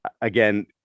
again